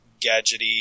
gadgety